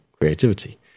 creativity